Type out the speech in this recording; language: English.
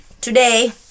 today